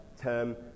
term